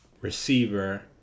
receiver